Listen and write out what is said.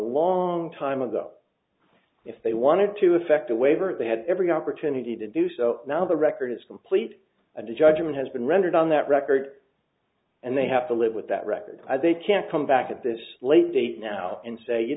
long time ago if they wanted to effect a waiver they had every opportunity to do so now the record is complete and a judgment has been rendered on that record and they have to live with that record they can't come back at this late date now and say you